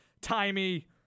timey